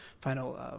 final